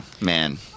man